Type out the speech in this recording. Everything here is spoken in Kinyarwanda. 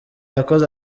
yakoze